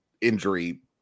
injury